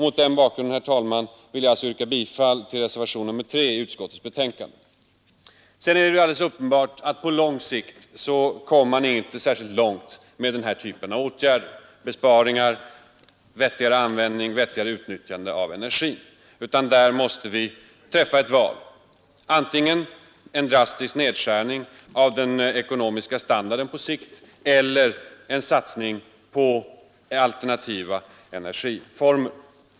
Mot den bakgrunden, herr talman, vill jag yrka bifall till reservationen 3 i utskottsbetänkandet. Sedan är det alldeles uppenbart att på lång sikt har sådana åtgärder, som sparsamhet med och vettigare utnyttjande av energin, inte särskilt stor betydelse, utan där måste vi träffa ett val — antingen en drastisk nedskärning av den ekonomiska standarden på sikt eller en satsning på alternativa energiformer.